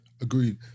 Agreed